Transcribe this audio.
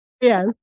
Yes